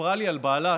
וסיפרה לי על בעלה,